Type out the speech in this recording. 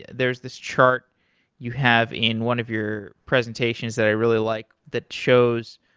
there's this chart you have in one of your presentations that i really like that shows,